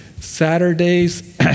Saturdays